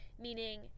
meaning